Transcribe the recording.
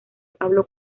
pablo